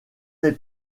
des